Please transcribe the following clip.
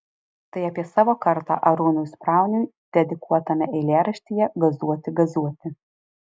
tai apie savo kartą arūnui sprauniui dedikuotame eilėraštyje gazuoti gazuoti